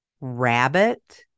Rabbit